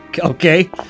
Okay